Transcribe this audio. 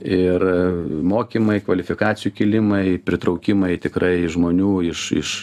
ir mokymai kvalifikacijų kėlimai pritraukimai tikrai žmonių iš iš